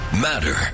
matter